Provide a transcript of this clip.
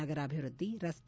ನಗರಾಭಿವೃದ್ದಿ ರಸ್ತೆ